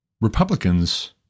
Republicans